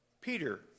Peter